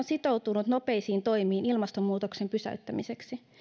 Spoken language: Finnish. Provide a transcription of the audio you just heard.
sitoutunut nopeisiin toimiin ilmastonmuutoksen pysäyttämiseksi